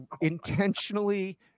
intentionally